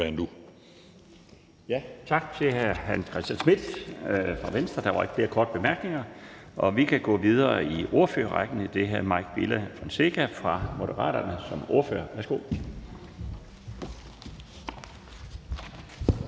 Tak til hr. Hans Christian Schmidt fra Venstre. Der var ikke flere korte bemærkninger. Vi kan gå videre i ordførerrækken, og det er hr. Mike Villa Fonseca fra Moderaterne som ordfører. Værsgo.